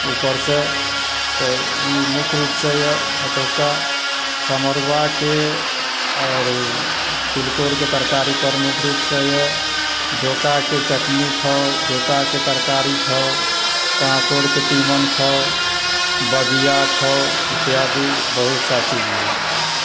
ऊपरसे तऽ ई मुख्य रुपसँ यऽ एतुका खमरुआके आओर तिलकोरके तरकारी प्रमुख रुपसँ यऽ डोकाके चटनी खाउ डोकाके तरकारी खाउ काकोड़के तीमन खाउ बघिया खाउ इत्यादि बहुतसा चीज यऽ